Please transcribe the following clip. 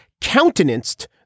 countenanced